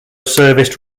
serviced